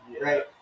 right